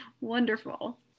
Wonderful